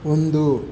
ಒಂದು